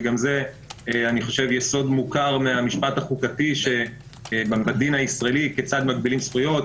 וגם זה יסוד מוכר מהמשפט החוקתי בדין הישראלי כיצד מגבילים זכויות,